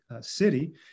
city